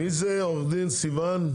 מי זה עו"ד סיון?